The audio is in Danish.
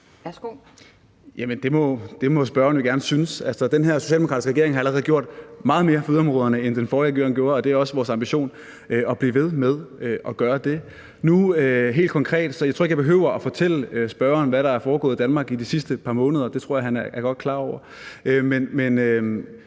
det må spørgeren jo gerne synes. Altså, den socialdemokratiske regering har allerede gjort meget mere for yderområderne, end den foregående regering gjorde, og det er også vores ambition at blive ved med at gøre det. Jeg tror ikke, at jeg behøver at fortælle spørgeren, hvad der er foregået i Danmark de sidste par måneder; det tror jeg godt han er klar over.